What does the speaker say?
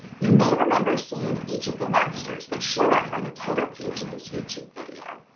you may remember seeing each of the monsters that showed up on the title page of this youtube video.